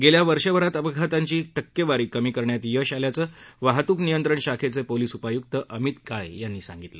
गेल्या वर्षभरात अपघातांची टक्केवारी कमी करण्यात यश आल्याचं वाहतूक नियंत्रण शाखेचे पोलीस उपायुक्त अमित काळे यांनी सांगितलं